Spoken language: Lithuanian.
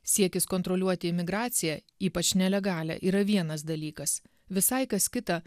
siekis kontroliuoti imigraciją ypač nelegalią yra vienas dalykas visai kas kita